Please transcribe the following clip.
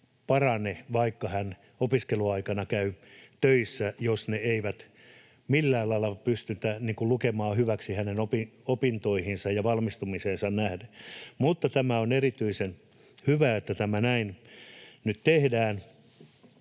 parane, vaikka hän opiskeluaikana käy töissä, jos sitä ei millään lailla pystytä lukemaan hyväksi hänen opintoihinsa ja valmistumiseensa nähden. Mutta on erityisen hyvä, että tämä näin nyt tehdään,